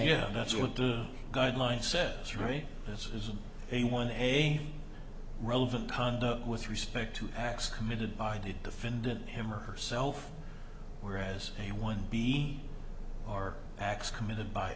yeah that's what the guidelines said sorry this is a one a relevant conduct with respect to x committed by the defendant him or herself whereas a one b or acts committed by